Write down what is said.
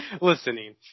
listening